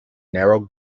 narrow